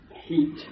heat